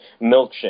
milkshake